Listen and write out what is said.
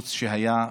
הפיצוץ שהיה.